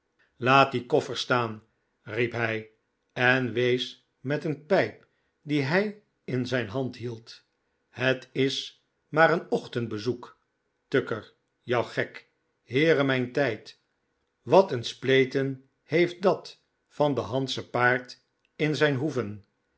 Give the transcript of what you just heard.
laat die koffers staan riep hij en wees met een pijp die hij in zijn hand hield het is maar een ochtendbezoek tucker jou gek heeremijntijd wat een spleten heeft dat van de handsche paard in zijn hoeven